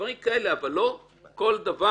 דברים כאלה, אבל לא כל דבר.